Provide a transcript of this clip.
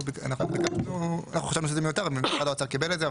אנחנו חשבנו שזה מיותר ומשרד האוצר קיבל את זה,